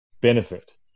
benefit